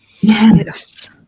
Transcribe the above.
Yes